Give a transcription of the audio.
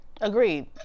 Agreed